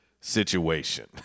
situation